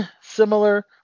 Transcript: similar